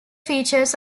features